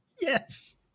yes